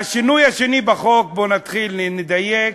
השני בחוק, בואו נדייק,